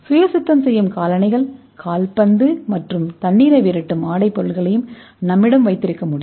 சுய சுத்தம் செய்யும் காலணிகள் கால்பந்து மற்றும் தண்ணீரை விரட்டும் ஆடைப் பொருட்களையும் நம்மிடம் வைத்திருக்க முடியும்